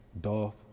Dolph